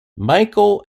michael